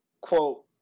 quote